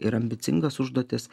ir ambicingas užduotis